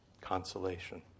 consolation